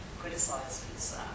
criticizes